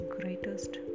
greatest